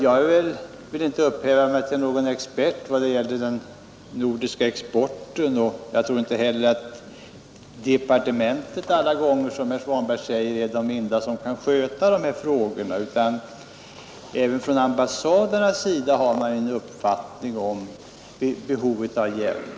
Jag vill inte upphöja mig till expert på den nordiska exporten. Men jag tror inte heller att de på departementet, som herr Svanberg säger, är de enda som kan sköta dessa frågor. Även på ambassaderna har man en uppfattning om behovet av hjälp.